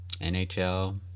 nhl